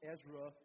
Ezra